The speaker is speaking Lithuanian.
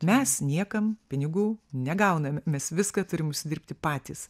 mes niekam pinigų negauname mes viską turim užsidirbti patys